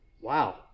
Wow